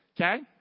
Okay